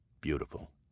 Beautiful